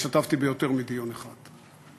והשתתפתי ביותר מדיון אחד.